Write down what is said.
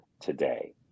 today